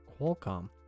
Qualcomm